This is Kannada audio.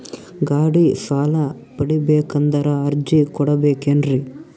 ಗಾಡಿ ಸಾಲ ಪಡಿಬೇಕಂದರ ಅರ್ಜಿ ಕೊಡಬೇಕೆನ್ರಿ?